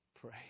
pray